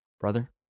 Brother